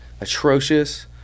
atrocious